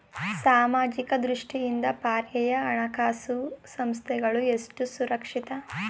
ಸಾಮಾಜಿಕ ದೃಷ್ಟಿಯಿಂದ ಪರ್ಯಾಯ ಹಣಕಾಸು ಸಂಸ್ಥೆಗಳು ಎಷ್ಟು ಸುರಕ್ಷಿತ?